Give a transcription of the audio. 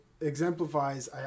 exemplifies